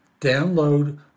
download